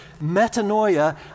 metanoia